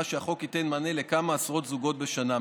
שהחוק ייתן מענה לכמה עשרות זוגות בשנה,